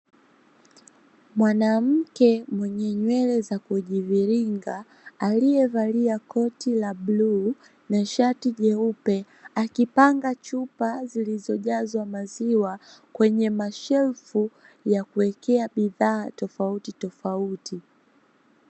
Mwanamke mwenye nywele za kujiviringa, aliyevalia koti la bluu na shati jeupe akipanga chupa zilizojazwa maziwa kwenye mashelfu ya kuekea bidhaa tofauti tofauti.